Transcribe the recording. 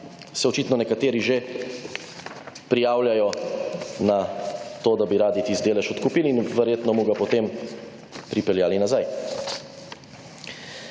se očitno nekateri že prijavljajo na to, da bi radi tisti delež odkupili in verjetno mu ga potem pripeljali nazaj.